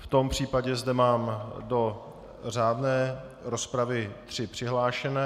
V tom případě zde mám do řádné rozpravy tři přihlášené.